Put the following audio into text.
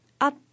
up